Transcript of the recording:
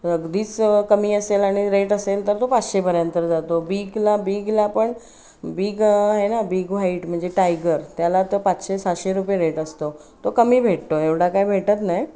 अगदीच कमी असेल आणि रेट असेल तर तो पाचशेपर्यंत जातो बीगला बीगला पण बीग आहे ना बिग व्हाईट म्हणजे टायगर त्याला त पाचशे सहाशे रुपये रेट असतो तो कमी भेटतो एवढा काय भेटत नाही